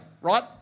right